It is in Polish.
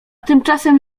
tymczasem